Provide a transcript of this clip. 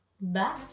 Bye